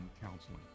Counseling